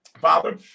Father